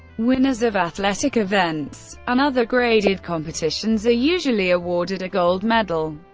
winners of athletic events and other graded competitions are usually awarded a gold medal.